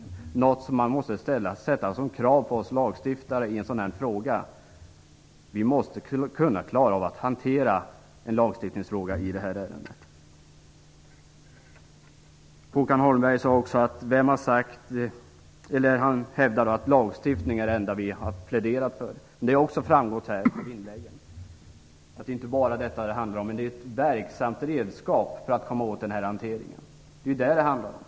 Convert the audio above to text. Man måste i en sådan här fråga kunna ställa ett krav på oss lagstiftare att vi klarar av att hantera en lagstiftning i detta ärende. Håkan Holmberg hävdade att lagstiftning är det enda som vi har pläderat för. Det har framgått här att det är inte bara detta det handlar om. Men det är ett verksamt redskap för att komma åt denna hantering. Det är vad det handlar om.